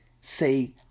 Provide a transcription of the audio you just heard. Say